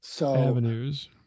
Avenues